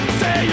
say